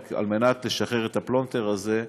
על מנת לשחרר את הפלונטר הזה.